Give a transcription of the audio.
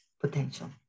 potential